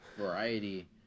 variety